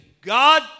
God